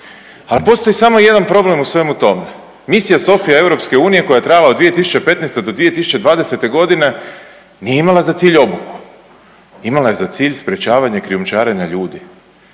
Ali postoji samo jedna problem u svemu tome, misija Sophia EU koja je trajala od 2015.-2020.g. nije imala za cilj obuku, imala je za cilj sprječavanje krijumčarenja ljudi